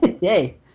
Yay